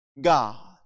God